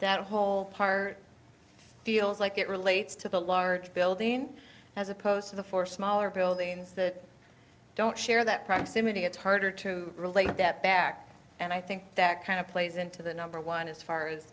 that whole part feels like it relates to the large building as opposed to the four smaller buildings that don't share that proximity it's harder to relate that back and i think that kind of plays into the number one as far as